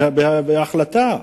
זאת היתה ההחלטה.